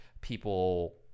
People